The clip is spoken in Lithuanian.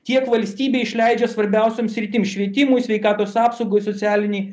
tiek valstybė išleidžia svarbiausioms sritim švietimui sveikatos apsaugai socialinei